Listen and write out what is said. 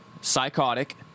psychotic